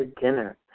dinner